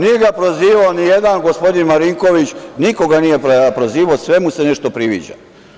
Nije ga prozivao ni jedan gospodin Marinković, niko ga nije prozivao, sve mu se nešto priviđa.